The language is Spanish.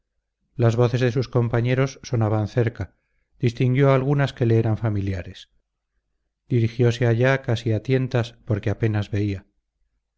las voces de sus compañeros sonaban cerca distinguió algunas que le eran familiares dirigiose allá casi a tientas porque apenas veía